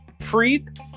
freed